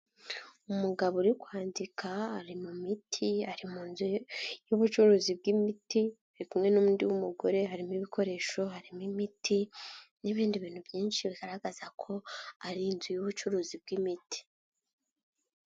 Umugabo uri kwandika, ari mu miti, ari mu nzu y'ubucuruzi bw'imiti, ari kumwe n'undi mugore, harimo ibikoresho, harimo imiti n'ibindi bintu byinshi bigaragaza ko ari inzu y'ubucuruzi bw'imiti.